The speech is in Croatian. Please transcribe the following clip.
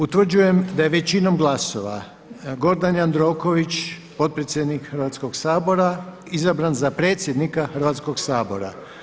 Utvrđujem da je većinom glasova Gordan Jandroković, potpredsjednik Hrvatskog sabora izabran za predsjednika Hrvatskog sabora.